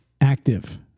Active